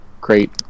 great